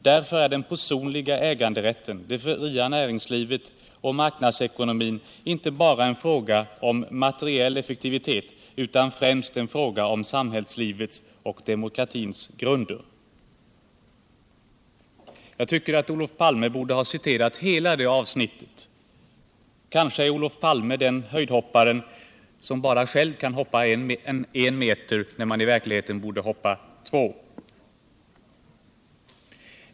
Därför är den personliga äganderätten, det fria näringslivet och marknadsekonomin inte bara en fråga om materiell effektivitet, utan främst en fråga om samhällslivets och demokratins grunder.” Jag tycker att Olof Palme borde ha citerat hela det avsnittet. Kanske är Olof Palme den höjdhoppare som själv bara kan hoppa 1 m när han i verkligheten borde hoppa 2.